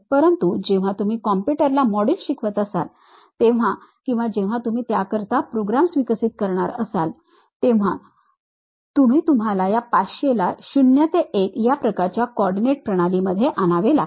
परंतु जेव्हा तुम्ही कॉम्प्युटरला मॉड्युल्स शिकवत असाल तेव्हा किंवा जेव्हा तुम्ही त्याकरिता प्रोग्रॅम्स विकसित करणार असाल तेव्हा तुम्ही तुम्हाला ह्या 500 ला 0 ते 1 या प्रकारच्या कोऑर्डिनेट प्रणाली मध्ये आणावे लागते